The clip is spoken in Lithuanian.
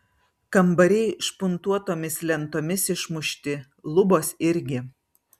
kambariai špuntuotomis lentomis išmušti lubos irgi